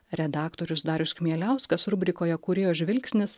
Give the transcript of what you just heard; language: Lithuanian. redaktorius darius chmieliauskas rubrikoje kūrėjo žvilgsnis